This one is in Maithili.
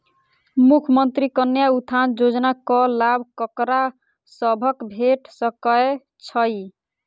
मुख्यमंत्री कन्या उत्थान योजना कऽ लाभ ककरा सभक भेट सकय छई?